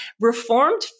reformed